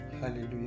Hallelujah